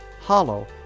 Hollow